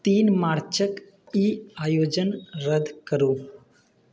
तीन मार्चके ई आयोजन रद्द करू